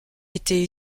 été